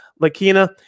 Lakina